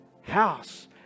house